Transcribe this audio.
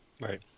Right